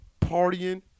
partying